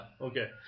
Okay